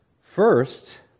first